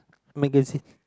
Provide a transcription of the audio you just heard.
magazine